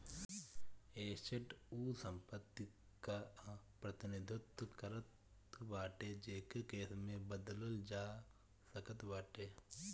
asset उ संपत्ति कअ प्रतिनिधित्व करत बाटे जेके कैश में बदलल जा सकत बाटे